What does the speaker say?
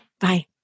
Bye